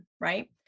right